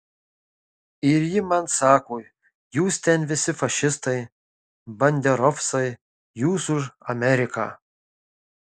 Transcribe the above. ir ji man sako jūs ten visi fašistai banderovcai jūs už ameriką